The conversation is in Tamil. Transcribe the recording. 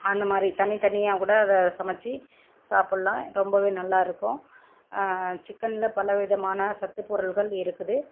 அந்தமாதிரி தனித்தனியாக கூட அதை சமைத்து சாப்பிட்லாம் ரொம்ப நல்லா இருக்கும் சிக்கனில் பலவிதமான சத்துப்பொருட்கள் இருக்குது